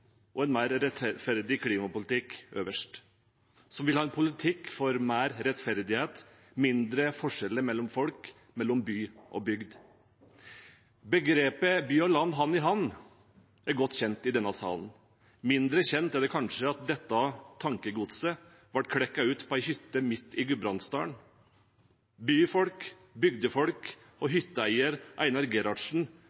og en mer rettferdig klimapolitikk øverst, og som vil ha en politikk for mer rettferdighet og mindre forskjeller mellom folk og mellom by og bygd. Begrepet «by og land hand i hand» er godt kjent i denne salen. Mindre kjent er det kanskje at dette tankegodset ble klekket ut på ei hytte midt i Gudbrandsdalen. Byfolk, bygdefolk og